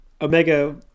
Omega